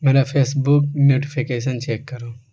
میرا facebook notification check کرو